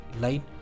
light